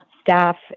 staff